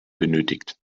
benötigt